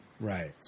Right